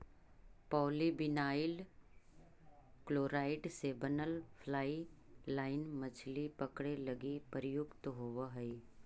polyvinyl chloride से बनल fly line मछली पकडे लगी प्रयुक्त होवऽ हई